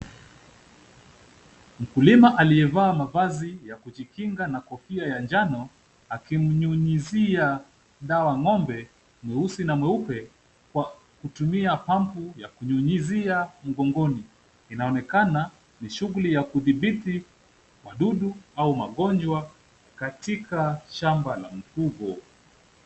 Mkulima aliyevaa mavazi ya kujikinga na kofia ya njano akimnyunyizia dawa ng'ombe mweusi na mweupe kwa kutumia pampu ya kunyunyizia mgongoni. Inaonekana ni shughuli ya kudhibiti wadudu au magonjwa katika shamba la mfugo.